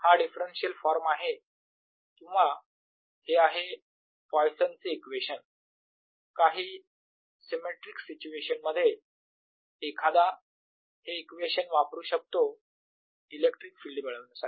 हा differential form आहे किंवा हे आहे पॉइसन चे इक्वेशन Poisson's equation काही सिमेट्रिक सिच्युएशन मध्ये एखादा हे इक्वेशन वापरू शकतो इलेक्ट्रिक फील्ड मिळवण्यासाठी